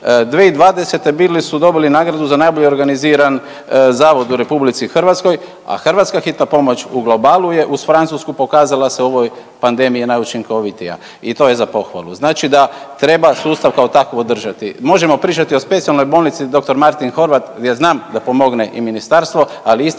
2020. bili su dobili nagradu za najbolje organiziran zavod u RH, a Hrvatska hitna pomoć u globalu je uz Francusku se pokazala se u ovoj pandemiji najučinkovitija i to je za pohvalu. Znači da treba sustav kao takav održati. Možemo pričati o Specijalnoj bolnici „dr. Martin Horvat“ jel znam da pomogne i ministarstvo, ali i